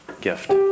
gift